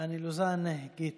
בעניינו היא נציבות שירות המדינה.